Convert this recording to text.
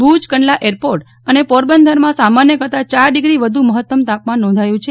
Bhuj Kandla airport અને પોરબંદરમાં સામાન્ય કરતાં ચાર ડિગ્રી વધુ મહત્તમ તાપમાન નોંધાયું છે